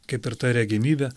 kaip ir ta regimybė